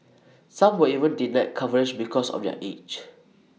some were even denied coverage because of their age